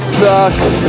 sucks